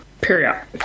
Period